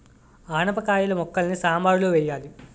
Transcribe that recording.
ఆనపకాయిల ముక్కలని సాంబారులో వెయ్యాలి